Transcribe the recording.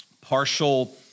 partial